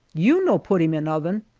you no put him in l'oven.